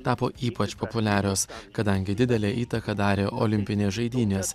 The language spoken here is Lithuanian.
tapo ypač populiarios kadangi didelę įtaką darė olimpinės žaidynės